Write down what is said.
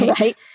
Right